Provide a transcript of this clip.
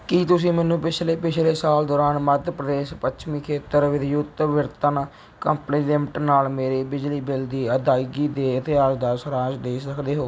ਕੀ ਤੁਸੀਂ ਮੈਨੂੰ ਪਿਛਲੇ ਪਿਛਲੇ ਸਾਲ ਦੌਰਾਨ ਮੱਧ ਪ੍ਰਦੇਸ਼ ਪੱਛਮੀ ਖੇਤਰ ਵਿਦਯੁਤ ਵਿਤਰਨ ਕੰਪਨੀ ਲਿਮਟਿਡ ਨਾਲ ਮੇਰੇ ਬਿਜਲੀ ਬਿੱਲ ਦੀ ਅਦਾਇਗੀ ਦੇ ਇਤਿਹਾਸ ਦਾ ਸਾਰਾਂਸ਼ ਦੇ ਸਕਦੇ ਹੋ